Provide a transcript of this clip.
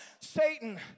Satan